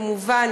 כמובן,